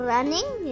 Running